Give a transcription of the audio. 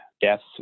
deaths